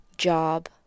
job